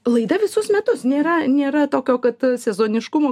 laida visus metus nėra nėra tokio kad sezoniškumo